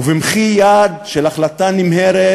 ובמחי יד של החלטה נמהרת,